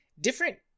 Different